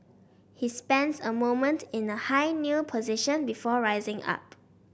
he spends a moment in a high kneel position before rising up